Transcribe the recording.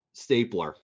stapler